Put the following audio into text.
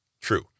True